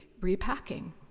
repacking